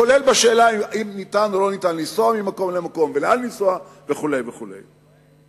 כולל בשאלה אם ניתן או לא ניתן לנסוע ממקום למקום ולאן לנסוע וכו' וכו'.